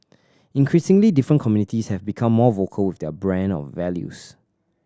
increasingly different communities have become more vocal with their brand of values